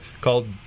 called